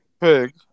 Pig